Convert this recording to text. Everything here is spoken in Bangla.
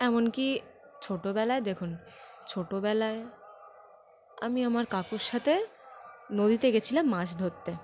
এমনকি ছোটবেলায় দেখুন ছোটবেলায় আমি আমার কাকুর সাথে নদীতে গিয়েছিলাম মাছ ধরতে